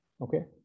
Okay